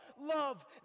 love